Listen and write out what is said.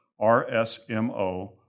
RSMO